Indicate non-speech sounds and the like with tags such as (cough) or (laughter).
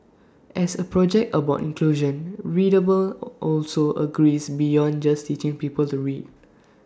as A project about inclusion readable (noise) also agrees beyond just teaching people to read